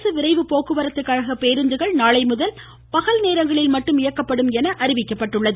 அரசு விரைவு போக்குவரத்து கழக பேருந்துகள் நாளை முதல் பகல் நேரங்களில் மட்டும் இயக்கப்படும் என்று அறிவிக்கப்பட்டுள்ளது